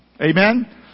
Amen